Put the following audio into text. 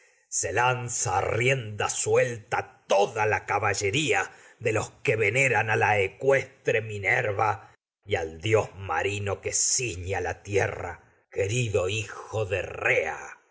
lanza a rienda suelta toda la caba a llería que que veneran la ecuestre minerva y al dios marino ciñe a la tierra querido hijo de rea